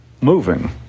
moving